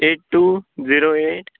eight two zero eight